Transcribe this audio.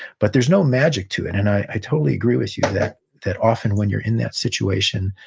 but there's no magic to it, and i totally agree with you that that often, when you're in that situation,